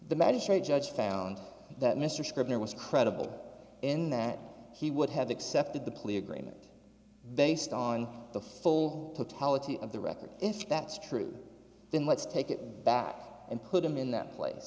magistrate judge found that mr scribner was credible in that he would have accepted the plea agreement based on the full of the record if that's true then let's take it back and put him in that place